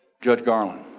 judge garland,